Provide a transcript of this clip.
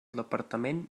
departament